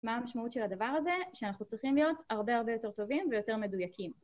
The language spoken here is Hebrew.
מה המשמעות של הדבר הזה ?שאנחנו צריכים להיות הרבה הרבה יותר טובים ויותר מדויקים